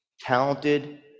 talented